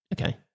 Okay